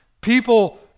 People